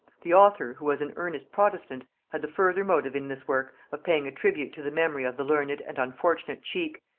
the author, who was an earnest protestant, had the further motive in this work of paying a tribute to the memory of the learned and unfortunate cheke,